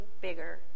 bigger